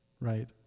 right